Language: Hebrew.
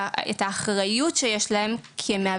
את האחריות שלהם לשמש